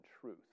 truth